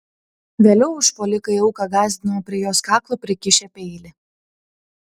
vėliau užpuolikai auką gąsdino prie jos kaklo prikišę peilį